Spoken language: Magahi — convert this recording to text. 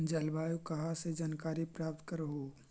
जलवायु कहा से जानकारी प्राप्त करहू?